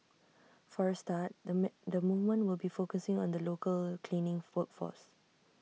for A start the mad the movement will be focusing on the local cleaning food force